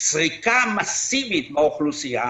סריקה מסיבית באוכלוסייה,